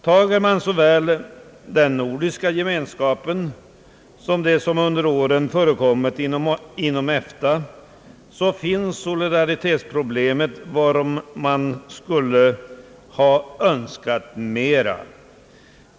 Tar man hänsyn till såväl den nordiska gemenskapen som det som under åren förekommit inom EFTA, så finns solidaritetsproblemet, varom man skulle ha önskat mer.